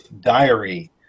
diary